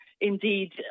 indeed